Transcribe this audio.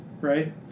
right